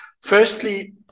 Firstly